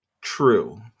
True